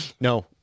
No